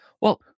Well-